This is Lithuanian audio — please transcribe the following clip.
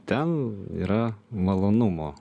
ten yra malonumo